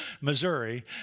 Missouri